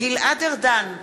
גלעד ארדן,